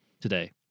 today